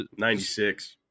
96